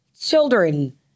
children